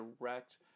direct